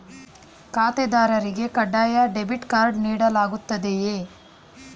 ಖಾತೆದಾರರಿಗೆ ಕಡ್ಡಾಯ debit card ನೀಡಲಾಗುತ್ತದೆಯೇ?